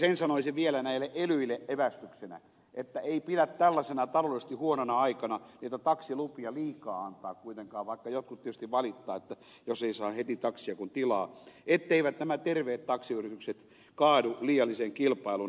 sen sanoisin vielä näille elyille evästyksenä että ei pidä tällaisena taloudellisesti huonona aikana niitä taksilupia liikaa antaa kuitenkaan vaikka jotkut tietysti valittavat jos ei saa heti taksia kun tilaa etteivät nämä terveet taksiyritykset kaadu liialliseen kilpailuun